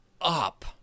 up